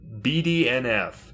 BDNF